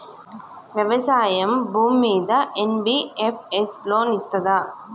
వ్యవసాయం భూమ్మీద NBFS loan ఇస్తదా?